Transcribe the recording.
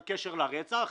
על קשר לרצח.